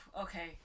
Okay